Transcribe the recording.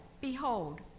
Behold